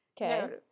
Okay